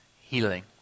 healing